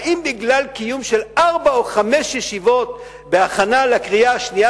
האם בגלל קיום של ארבע או חמש ישיבות בהכנה לקריאה השנייה